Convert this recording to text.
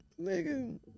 Nigga